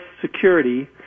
security